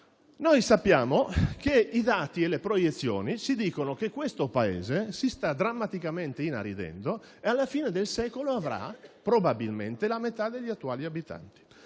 Sappiamo che i dati e le proiezioni ci dicono che questo Paese si sta drammaticamente inaridendo e che alla fine del secolo avrà probabilmente la metà degli attuali abitanti.